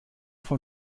von